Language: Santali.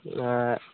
ᱮᱸᱻ